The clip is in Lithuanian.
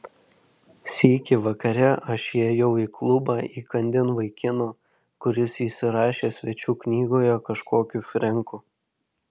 sykį vakare aš įėjau į klubą įkandin vaikino kuris įsirašė svečių knygoje kažkokiu frenku